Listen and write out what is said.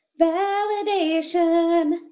validation